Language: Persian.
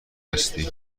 هستی